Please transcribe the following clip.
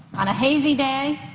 on a hazy day,